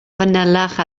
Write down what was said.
fanylach